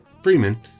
Freeman